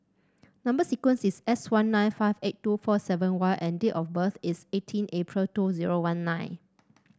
number sequence is S one nine five eight two four seven Y and date of birth is eighteen April two zero one nine